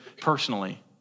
personally